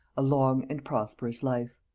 a long and prosperous life.